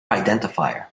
identifier